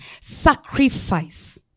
Sacrifice